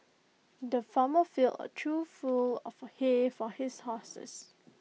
the farmer filled A trough full of hay for his horses